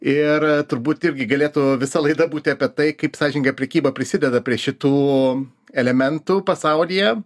ir turbūt irgi galėtų visa laida būti apie tai kaip sąžininga prekyba prisideda prie šitų elementų pasaulyje